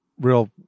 real